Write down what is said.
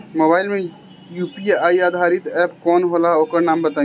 Mobile म UPI आधारित app कौन होला ओकर नाम बताईं?